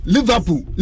Liverpool